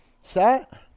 set